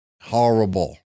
Horrible